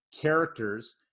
characters